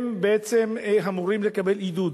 הם בעצם אמורים לקבל עידוד.